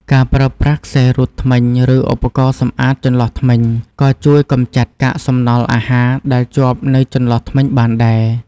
ការប្រើប្រាស់ខ្សែររូតធ្មេញ ឬឧបករណ៍សំអាតចន្លោះធ្មេញ ក៏ជួយកម្ចាត់កាកសំណល់អាហារដែលជាប់នៅចន្លោះធ្មេញបានដែរ។